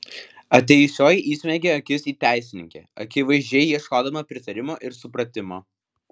atėjusioji įsmeigė akis į teisininkę akivaizdžiai ieškodama pritarimo ir supratimo